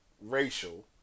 racial